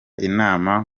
inama